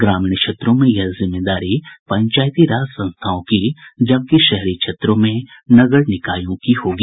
ग्रामीण क्षेत्रों में यह जिम्मेदारी पंचायती राज संस्थाओं की जबकि शहरी क्षेत्रों में नगर निकायों की होगी